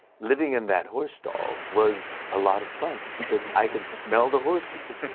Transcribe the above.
living in that horse stall was a lot of fun because i could smell the horseys.